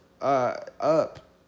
up